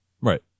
Right